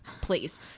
Please